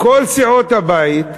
כל סיעות הבית,